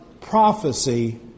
prophecy